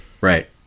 right